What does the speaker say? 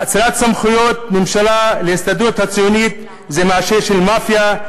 האצלת סמכויות ממשלה להסתדרות הציונית זה מעשה של מאפיה.